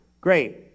Great